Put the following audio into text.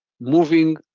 moving